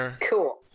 Cool